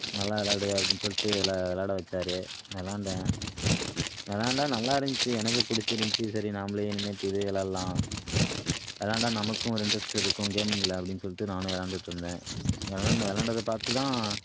நல்லா விளையாடுவ அப்படின்னு சொல்லிடு இதில் விளாட வச்சார் வெளாண்டன் வெளாண்ட நல்லா இருந்துச்சி எனக்கு பிடிச்சிருந்ச்சி சரி நாமளே இனிமேட்டு இதையே விளாட்லாம் விளாண்டா நமக்கும் ஒரு இன்ட்ரஸ்ட் இருக்கும் கேமிங்ள அப்படின்னு சொல்லிட்டு நானும் விளாண்டுட்ருந்தேன் விளாண்டு விளாண்டத பார்த்துதான்